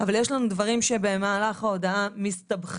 אבל יש לנו דברים שבמהלך ההודעה מסתבכים,